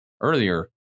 earlier